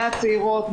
מהצעירות,